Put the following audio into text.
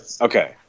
okay